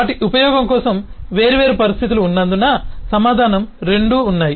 వాటి ఉపయోగం కోసం వేర్వేరు పరిస్థితులు ఉన్నందున సమాధానం రెండూ ఉన్నాయి